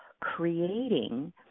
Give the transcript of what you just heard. creating